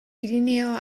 pirinio